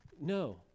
No